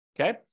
Okay